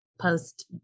post